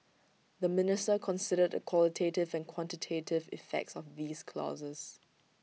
the minister considered the qualitative and quantitative effects of these clauses